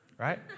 right